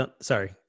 Sorry